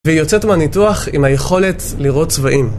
והיא יוצאת מהניתוח עם היכולת לראות צבעים.